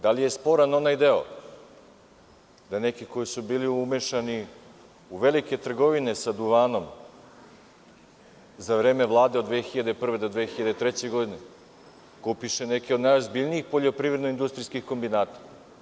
Da li je sporan onaj deo da neki koji su bili umešani u velike trgovine sa duvanom za vreme vlade od 2001. do 2003. godine, kad kupiše neke od najozbiljnijih poljoprivredno industrijskih kombinata?